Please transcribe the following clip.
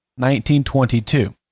1922